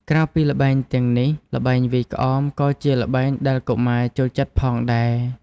ក្រៅពីល្បែងទាំងនេះ ល្បែងវាយក្អមក៏ជាល្បែងដែលកុមារចូលចិត្តផងដែរ។